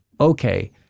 okay